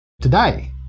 today